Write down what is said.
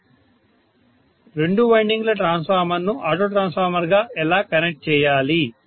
student రెండు winding ల ట్రాన్స్ఫార్మర్ను ఆటో ట్రాన్స్ఫార్మర్గా ఎలా కనెక్ట్ చేయాలి